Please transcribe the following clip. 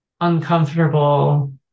uncomfortable